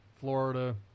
Florida